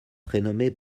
prénommée